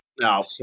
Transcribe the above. No